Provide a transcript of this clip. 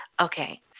Okay